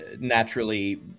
Naturally